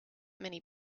many